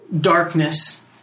darkness